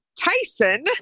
Tyson